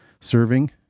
serving